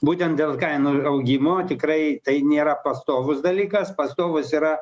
būtent dėl kainų augimo tikrai tai nėra pastovus dalykas pastovūs yra